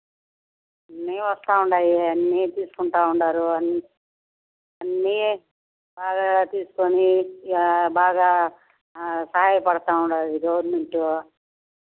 అన్నీ వస్తు ఉన్నాయి అన్నీ తీసుకుంటు ఉన్నారు అన్నీ బాగా తీసుకుని బాగా సహాయపడతు ఉంది ఈ గవర్నమెంటు